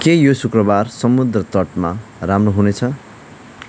के यो शुक्रबार समुद्र तटमा राम्रो हुनेछ